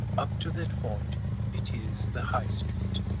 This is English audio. up to that point it is the high street,